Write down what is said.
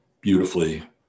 beautifully